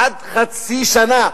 עד חצי שנה.